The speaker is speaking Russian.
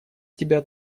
тебя